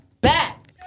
back